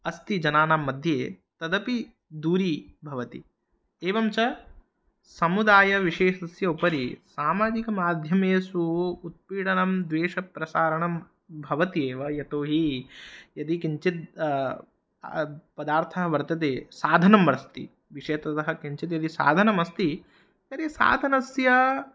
अस्ति जनानां मध्ये तदपि दूरीभवति एवं च समुदायविशेषस्य उपरि सामाजिकमाध्यमेषु उत्पीडनं द्वेषप्रसारणं भवति एव यतो हि यदि किञ्चित् पदार्थः वर्तते साधनम् अस्ति विशेषतः किञ्चित् यदि साधनम् अस्ति तर्हि साधनस्य